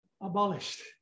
abolished